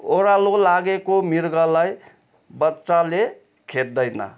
ओरालो लागेको मृगलाई बाछोले खेद्धैन